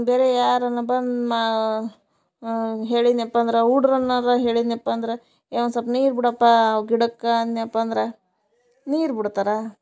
ಬೇರೆ ಯಾರನೂ ಬಂದು ಮಾ ಹೇಳಿದ್ನ್ಯಪ್ಪ ಅಂದ್ರೆ ಹುಡ್ರನ್ನಾರ ಹೇಳಿದ್ನ್ಯಪ್ಪ ಅಂದ್ರೆ ಏ ಒಂದು ಸಲ್ಪ್ ನೀರು ಬಿಡಪ್ಪ ಗಿಡಕ್ಕೆ ಅಂದ್ನ್ಯಪ್ಪ ಅಂದ್ರೆ ನೀರು ಬಿಡ್ತಾರ